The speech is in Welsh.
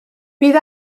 bydd